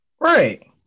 Right